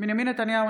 בנימין נתניהו,